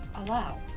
Allow